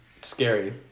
Scary